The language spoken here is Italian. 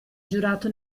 giurato